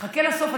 חכה לסוף.